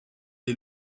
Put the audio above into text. est